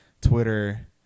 Twitter